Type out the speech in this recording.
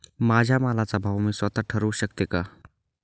माझ्या मालाचा भाव मी स्वत: ठरवू शकते का?